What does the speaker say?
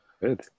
Good